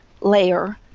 layer